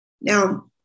Now